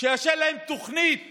שיאשר להם תוכנית